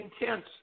intense